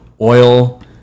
oil